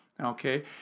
Okay